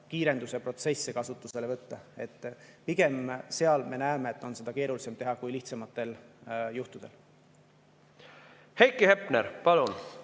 kiirendusprotsesse kasutusele võtta. Pigem me näeme, et seal on seda keerulisem teha kui lihtsamatel juhtudel. Heiki Hepner, palun!